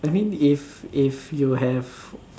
I mean if if you have